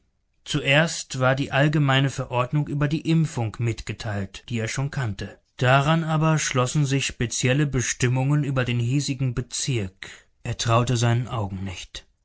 zuerst war die allgemeine verordnung über die impfung mitgeteilt die er schon kannte daran aber schlossen sich spezielle bestimmungen über den hiesigen bezirk er traute seinen augen nicht